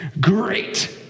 Great